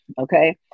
Okay